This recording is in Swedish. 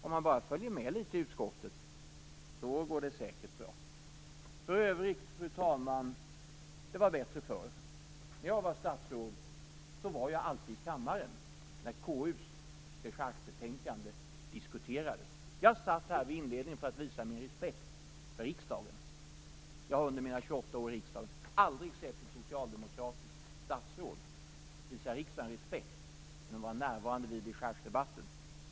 Om man bara följer med litet i utskottet så går det säkert bra. För övrigt, fru talman, var det bättre förr. När jag var statsråd var jag alltid i kammaren när KU:s dechargebetänkande diskuterade. Jag satt där vid inledningen för att visa min respekt för riksdagen. Jag har under mina 28 år i riksdagen aldrig sett ett socialdemokratiskt statsråd visa riksdagen respekt genom att vara närvarande vid dechargedebatten.